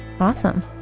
Awesome